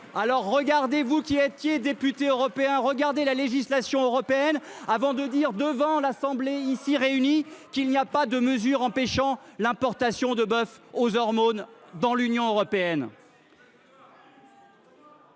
Vous qui avez été député européen, étudiez la législation européenne avant de dire, devant l’assemblée ici réunie, qu’il n’existe pas de mesure empêchant l’importation de bœuf aux hormones dans l’Union européenne